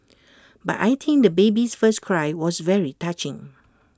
but I think the baby's first cry was very touching